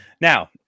now